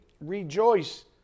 rejoice